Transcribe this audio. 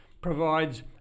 provides